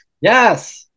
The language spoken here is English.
Yes